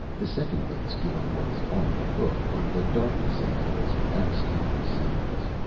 the second mate's door was on the hook, but the darkness in there was absolutely soundless.